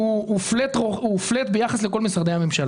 הוא פלט ביחס לכל משרדי הממשלה.